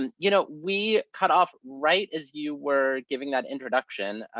and you know we cut off right as you were giving that introduction.